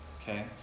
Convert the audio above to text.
Okay